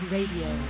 Radio